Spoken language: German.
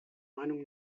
meinung